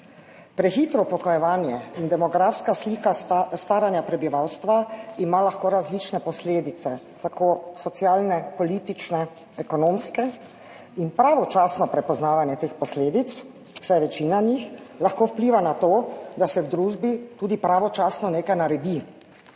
Prehitro upokojevanje in demografska slika staranja prebivalstva ima lahko različne posledice, tako socialne, politične, ekonomske in pravočasno prepoznavanje teh posledic, saj večina njih lahko vpliva na to, da se v družbi tudi pravočasno nekaj naredi.